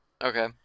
Okay